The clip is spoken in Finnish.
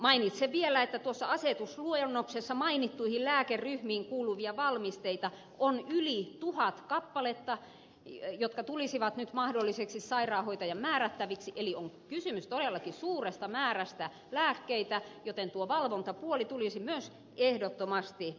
mainitsen vielä että tuossa asetusluonnoksessa mainittuihin lääkeryhmiin kuuluvia valmisteita on yli tuhat kappaletta jotka tulisivat nyt mahdolliseksi sairaanhoitajan määrätä eli on kysymys todellakin suuresta määrästä lääkkeitä joten tuo valvontapuoli tulisi myös ehdottomasti järjestää